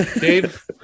Dave